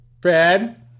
Fred